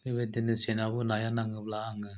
बेबायदिनो सेनावबो नाया नाङोब्ला आङो